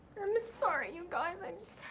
i'm sorry you guys, i'm